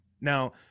Now